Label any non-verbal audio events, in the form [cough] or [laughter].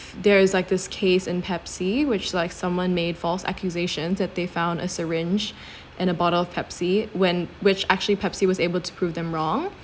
there's like this case in Pepsi which like someone made false accusations that they found a syringe [breath] in a bottle of Pepsi when which actually Pepsi was able to prove them wrong